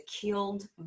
killed